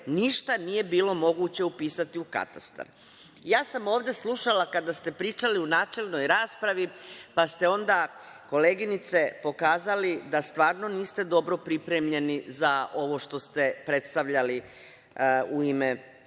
ništa nije bilo moguće upisati u Katastar. Ja sam ovde slušala kada ste pričali u načelnoj raspravi, pa ste onda koleginice pokazali da stvarno niste dobro pripremljeni za ovo što ste predstavljali u ime